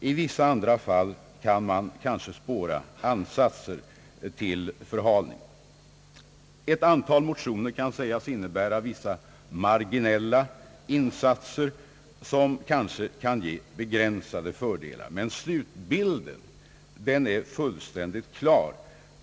I vissa andra fall kan man kanske spåra ansatser till förhalning. Ett antal motioner kan sägas inne bära vissa marginella insatser, som kanske kan ge begränsade fördelar. Men slutbilden är fullständigt klar.